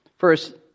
First